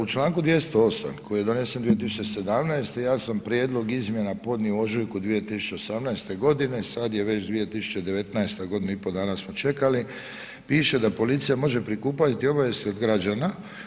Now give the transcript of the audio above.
U članku 208. koji je donesen 2017. ja sam prijedlog izmjena podnio u ožujku 2018. g. sad je već 2019. g., godinu i pol dana smo čekali, piše da policija može prikupljati obavijesti od građana.